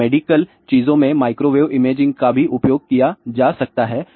अब मेडिकल चीजों में माइक्रोवेव इमेजिंग का भी उपयोग किया जा सकता है